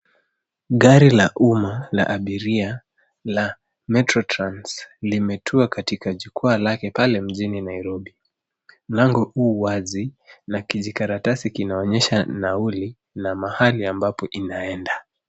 Gari la umma la abiria la Metrotrans limetua katika jukwaa lake pale mjini Nairobi. Mlango hu wazi na kijikaratasi kinaonyesha nauli na mahali ambapo inaenda.